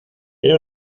era